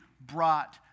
brought